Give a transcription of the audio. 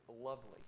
lovely